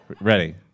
ready